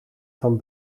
van